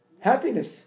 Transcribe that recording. happiness